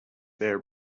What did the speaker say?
their